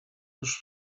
już